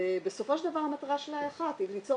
ובסופו של דבר המטרה שלה היא אחת ליצור